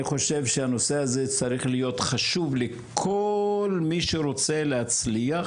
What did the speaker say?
אני חושב שהנושא הזה צריך להיות חשוב לכל מי שרוצה להצליח.